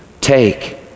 Take